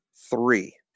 three